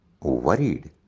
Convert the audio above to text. worried